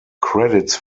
credits